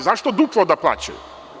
Zašto duplo da plaćaju?